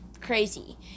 crazy